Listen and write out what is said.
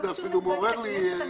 זה אפילו מעורר --- לא,